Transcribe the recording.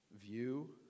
view